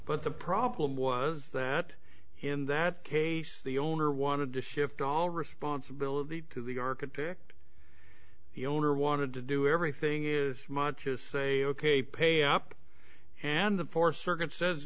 but the problem was that in that case the owner wanted to shift all responsibility to the architect the owner wanted to do everything is much is say ok pay up and the fourth circuit says